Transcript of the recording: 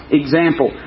example